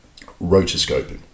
Rotoscoping